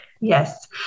Yes